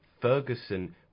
Ferguson